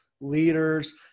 leaders